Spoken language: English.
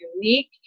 unique